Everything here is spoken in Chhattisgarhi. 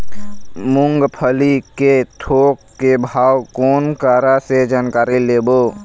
मूंगफली के थोक के भाव कोन करा से जानकारी लेबो?